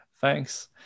Thanks